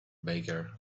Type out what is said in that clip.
baker